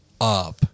up